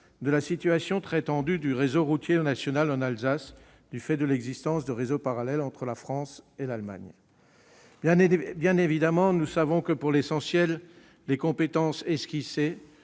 de la situation très tendue du réseau routier national en Alsace du fait de l'existence de réseaux parallèles entre la France et l'Allemagne. Bien évidemment, nous savons que, pour l'essentiel, les compétences esquissées